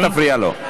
אל תפריע לו.